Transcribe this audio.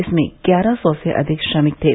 इसमें ग्यारह सौ से अधिक श्रमिक थे